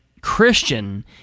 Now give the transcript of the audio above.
Christian